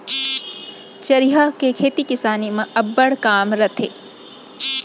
चरिहा के खेती किसानी म अब्बड़ काम रथे